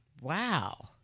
Wow